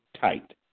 tight